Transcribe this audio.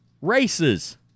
races